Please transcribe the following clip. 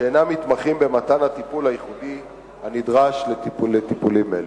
שאינם מתמחים במתן הטיפול הייחודי הנדרש למטופלים אלה.